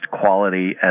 quality